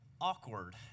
awkward